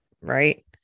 right